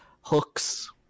hooks